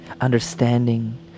Understanding